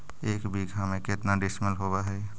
एक बीघा में केतना डिसिमिल होव हइ?